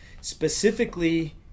specifically